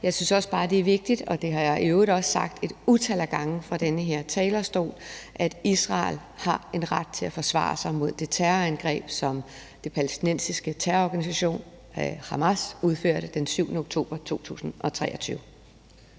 Jeg synes også bare, at det er vigtigt, og det har jeg i øvrigt også sagt et utal af gange fra den her talerstol, at Israel har ret til at forsvare sig mod det terrorangreb, som den palæstinensiske terrororganisationen Hamas udførte den 7. oktober 2023.